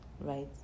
right